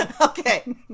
Okay